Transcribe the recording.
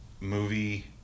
movie